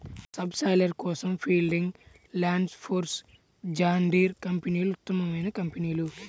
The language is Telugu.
సబ్ సాయిలర్ కోసం ఫీల్డింగ్, ల్యాండ్ఫోర్స్, జాన్ డీర్ కంపెనీలు ఉత్తమమైన కంపెనీలు